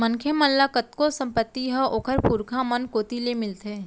मनखे मन ल कतको संपत्ति ह ओखर पुरखा मन कोती ले मिलथे